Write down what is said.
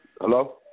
Hello